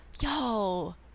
yo